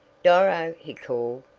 doro, he called,